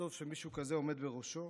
וטוב שמישהו כזה עומד בראשו.